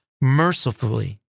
mercifully